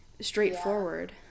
straightforward